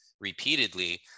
repeatedly